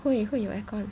会会有 aircon